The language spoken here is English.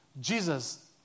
Jesus